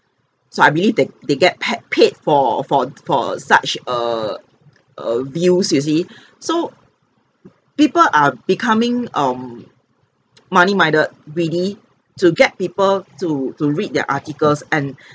so I believe that they get pet paid for for for such a err views you see so people are becoming um money-minded greedy to get people to to read their articles and